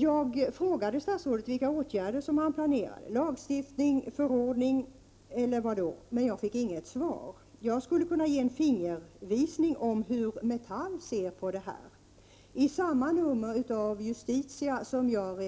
Jag frågade statsrådet vilka åtgärder man planerade — lagstiftning, förordning eller annat — men jag fick inget svar. Jag skulle kunna ge en fingervisning om hur Metall ser på den här frågan. I samma nummer av Svensk Handelstidning Justitia som jag tidigare